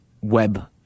web